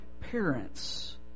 parents